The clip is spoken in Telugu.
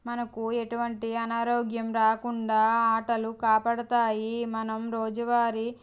మనకు ఎటువంటి అనారోగ్యం రాకుండా ఆటలు కాపాడతాయి మనం రోజువారి